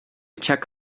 check